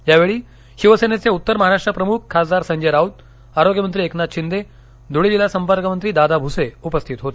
यावेळी शिवसेनेचे उत्तर महाराष्ट्र प्रमुख खासदार संजय राऊत आरोग्यमंत्री एकनाथ शिंदे ध्रळे जिल्हा संपर्कमंत्री दादा भूसे उपस्थित होते